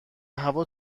هوا